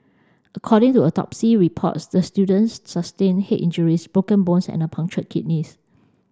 according to autopsy reports the student sustained head injuries broken bones and a punctured kidneys